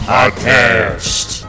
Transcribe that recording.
Podcast